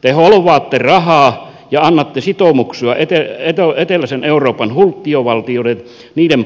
te holvaatte rahaa ja annatte sitoumuksia eteläisen euroopan hulttiovaltioiden